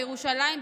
בירושלים,